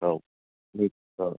औ औ